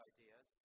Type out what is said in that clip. Ideas